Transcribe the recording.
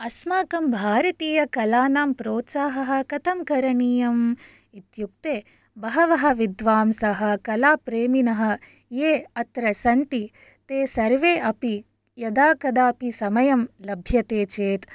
अस्माकं भारतीयकलानां प्रोत्साहः कथं करणीयम् इत्युक्ते बहवः विद्वांसः कलाप्रेमिनः ये अत्र सन्ति ते सर्वे अपि यदा कदापि समयं लभ्यते चेत्